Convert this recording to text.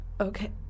okay